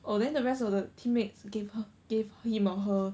oh then the rest of the teammates gave her gave him or her